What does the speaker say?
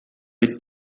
the